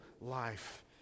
life